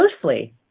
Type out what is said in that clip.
closely